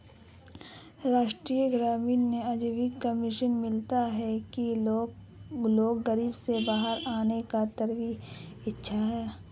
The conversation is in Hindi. राष्ट्रीय ग्रामीण आजीविका मिशन मानता है कि लोगों में गरीबी से बाहर आने की तीव्र इच्छा है